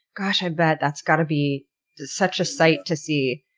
gosh, i bet that's got to be such a sight to see,